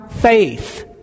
Faith